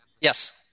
yes